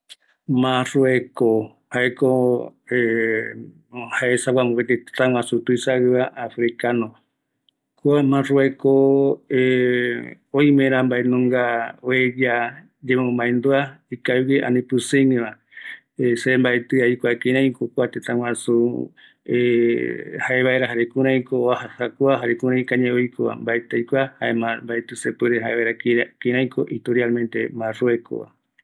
Marrueko jaesagua tëtä oïmera mbaenunga yemaendua oeya ikavigueva, ani pɨsɨigueva, jaeramo aikuapotaa jae kïraïko kua tëtäva regua